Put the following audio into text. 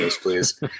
please